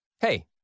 Hey